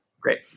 Great